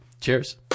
Cheers